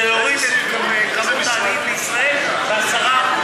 זה יוריד את שיעור העניים בישראל ב-10%.